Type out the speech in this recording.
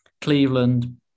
Cleveland